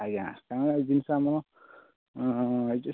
ଆଜ୍ଞା କାହିଁକିନା ଏଇ ଜିନିଷ ଆମ ଆସିଛୁ